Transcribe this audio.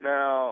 Now